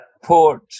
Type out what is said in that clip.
port